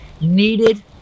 needed